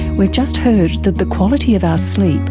we've just heard that the quality of our sleep,